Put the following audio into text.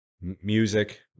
music